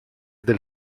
del